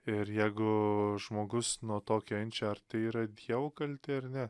ir jeigu žmogus nuo to kenčia ar tai yra dievo kaltė ar ne